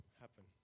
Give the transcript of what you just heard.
happen